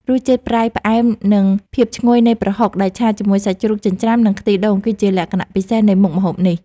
រសជាតិប្រៃផ្អែមនិងភាពឈ្ងុយនៃប្រហុកដែលឆាជាមួយសាច់ជ្រូកចិញ្ច្រាំនិងខ្ទិះដូងគឺជាលក្ខណៈពិសេសនៃមុខម្ហូបនេះ។